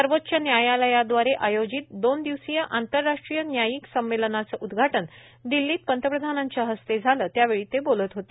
सर्वोच्च न्यायालयाद्वारे आयोजित दोन दिवसीय आंतरराष्ट्रीय न्यायिक संमेलनाचं उद्घाटन दिल्लीत पंतप्रधानांच्या हस्ते झालं त्यावेळी ते बोलत होते